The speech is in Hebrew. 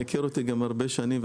אתה מכיר אותי גם הרבה שנים,